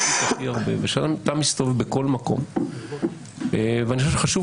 אתה מסתובב היום בכל מקום - ואני חושב שחשוב